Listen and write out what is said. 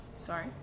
Sorry